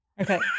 Okay